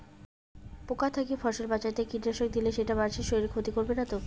পোকার থাকি ফসল বাঁচাইতে কীটনাশক দিলে সেইটা মানসির শারীরিক ক্ষতি করিবে না তো?